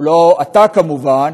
הוא לא אתה כמובן,